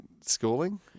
schooling